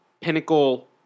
pinnacle